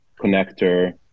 connector